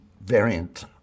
variant